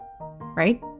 right